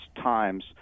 times